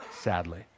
sadly